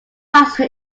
pasta